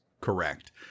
Correct